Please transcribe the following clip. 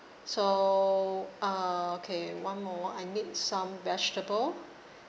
so uh okay one more one I need some vegetable